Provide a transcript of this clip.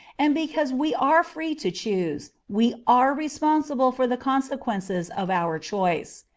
and because we are free to choose, we are responsible for the consequences of our choice.